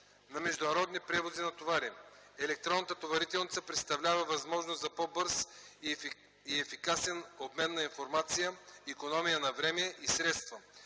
на международни превози на товари. Електронната товарителница представлява възможност за по-бърз и ефикасен обмен на информация, икономия на време и средства.